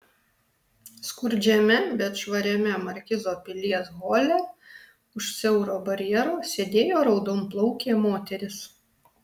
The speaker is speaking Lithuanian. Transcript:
skurdžiame bet švariame markizo pilies hole už siauro barjero sėdėjo raudonplaukė moteris